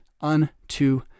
unto